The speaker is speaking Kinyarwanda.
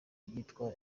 ryitwa